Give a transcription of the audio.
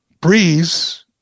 Breeze